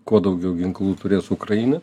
kuo daugiau ginklų turės ukraina